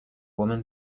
woman